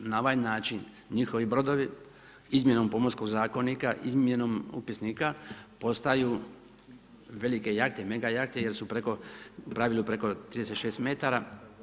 Na ovaj način njihovi brodovi izmjenom Pomorskog zakonika, izmjenom Upisnika postaju velike jahte, mega jahte jer su preko, u pravilu preko 36 metara.